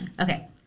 Okay